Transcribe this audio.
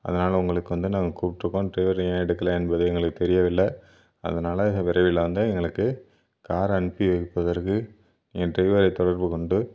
அதனால உங்களுக்கு வந்து நாங்கள் கூப்பிட்ருக்கோம் ட்ரைவர் ஏன் எடுக்கல என்பது எங்களுக்கு தெரியவில்லை அதனால விரைவில் வந்து எங்களுக்கு கார் அனுப்பி வைப்பதற்கு நீங்கள் ட்ரைவரை தொடர்புக் கொண்டு